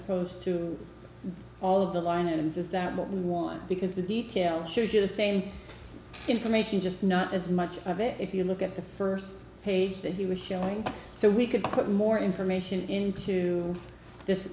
opposed to all of the line ins is that what we want because the detail shows you the same information just not as much of it if you look at the first page that he was feeling so we could put more information into this